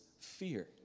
fear